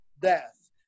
death